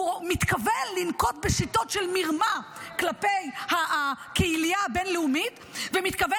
הוא מתכוון לנקוט בשיטות של מרמה כלפי הקהילייה הבין-לאומית ומתכוון